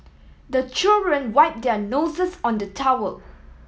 the children wipe their noses on the towel